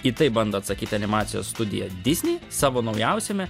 į tai bando atsakyt animacijos studija disney savo naujausiame